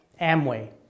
amway